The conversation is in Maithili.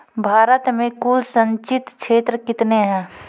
भारत मे कुल संचित क्षेत्र कितने हैं?